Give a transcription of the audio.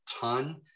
ton